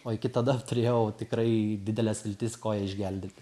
o iki tada turėjau tikrai dideles viltis koją išgelbėti